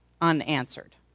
unanswered